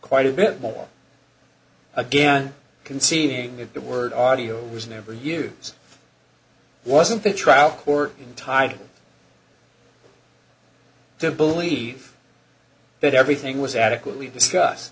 quite a bit more again conceding that word audio was never use wasn't a trial court title to believe that everything was adequately discuss